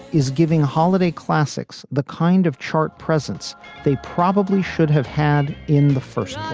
is giving holiday classics the kind of chart presence they probably should have had in the first